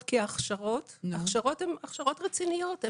להכשרות כי ההכשרות הן הכשרות רציניות.